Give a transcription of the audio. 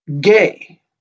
gay